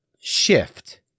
shift